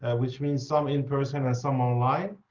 ah which means some in-person or some online.